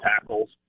tackles